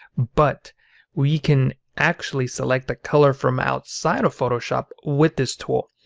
but we can actually select the color from outside of photoshop with this tool.